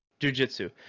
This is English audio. Jujitsu